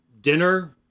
dinner